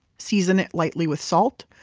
season it lightly with salt.